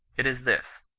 it is this,